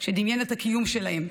שדמיין את הקיום שלהם,